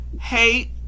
hate